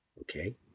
Okay